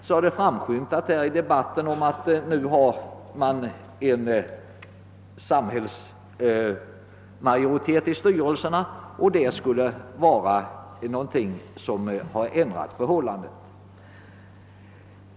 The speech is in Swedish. Det har ju framskymtat i debatten att det nu finns en samhällsmajoritet i styrelserna och att detta skulle ha ändrat på förhållandena.